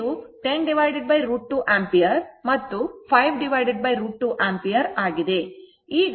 ಆದ್ದರಿಂದ ಇದು 10 √ 2 ಆಂಪಿಯರ್ ಮತ್ತು 5 √ 2 ಆಂಪಿಯರ್ ಆಗಿದೆ